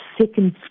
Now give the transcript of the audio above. second